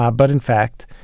ah but in fact,